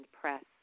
press